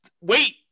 Wait